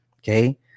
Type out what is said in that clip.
Okay